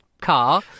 car